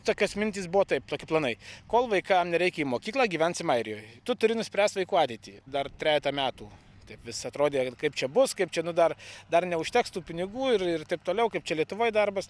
tokios mintys buvo taip toki planai kol vaikam nereikia į mokyklą gyvensim airijoj tu turi nuspręst vaikų ateitį dar trejetą metų taip vis atrodė vėl kaip čia bus kaip čia nu dar dar neužteks tų pinigų ir ir taip toliau kaip čia lietuvoj darbas